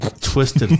twisted